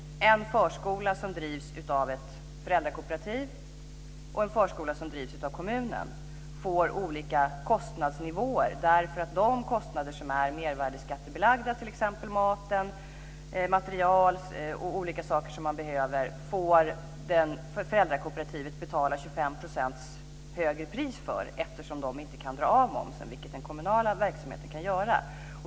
En förskola som drivs av ett föräldrakooperativ och en förskola som drivs av kommunen får olika kostnadsnivåer. Föräldrakooperativet får betala 25 % högre pris för det som är mervärdesskattebelagt, t.ex. mat, material och olika saker som man behöver, eftersom man inte kan dra av momsen, vilket den kommunala verksamheten kan göra.